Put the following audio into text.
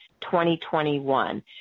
2021